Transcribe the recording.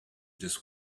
this